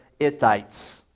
Itites